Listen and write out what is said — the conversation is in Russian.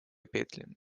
петли